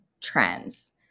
trends